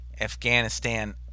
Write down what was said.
Afghanistan